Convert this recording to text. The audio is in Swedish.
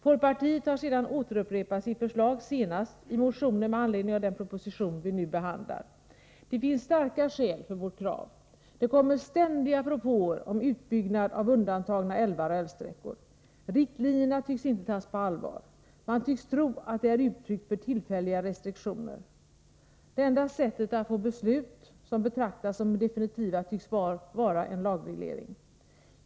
Folkpartiet har sedan återupprepat sitt förslag, senast i motionen med anledning av den proposition som vi nu behandlar. Det finns starka skäl för vårt krav. Det kommer ständiga propåer om utbyggnad av undantagna älvar och älvsträckor. Riktlinjerna tycks inte tas på allvar. Man tycks tro att de är uttryck för tillfälliga restriktioner. Enda sättet att få beslut som betraktas som definitiva tycks vara en lagreglering.